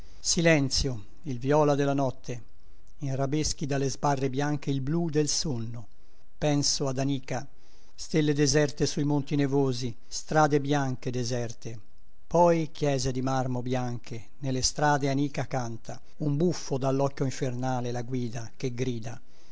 silenzio il viola della notte in rabeschi dalle sbarre bianche il blu del sonno penso ad anika stelle deserte sui monti nevosi strade bianche deserte poi chiese di marmo bianche nelle strade anika canta un buffo dall'occhio infernale la guida che grida